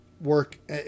work